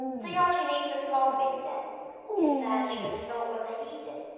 diogenes has long been dead his search was not well heeded,